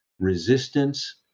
resistance